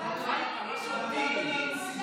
משהו אופטימי.